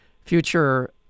future